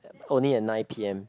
only at nine p_m